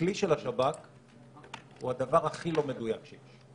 הכלי של השב"כ הוא הדבר הכי לא מדויק שיש.